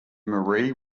marie